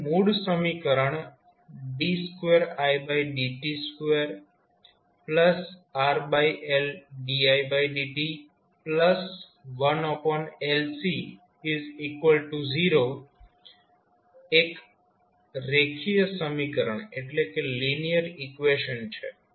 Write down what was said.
હવે મૂળ સમીકરણ d2idt2RLdidt1LC0 એક રેખીય સમીકરણ છે